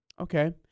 Okay